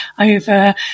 over